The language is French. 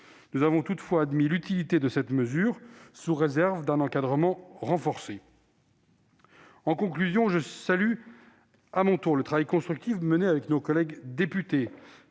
Nous avons toutefois admis l'utilité d'une telle mesure sous réserve d'un encadrement renforcé. Pour conclure, je tiens à saluer à mon tour le travail constructif mené avec nos collègues députés,